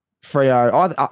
Frio